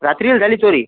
रात्रीला झाली चोरी